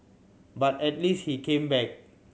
but at least he came back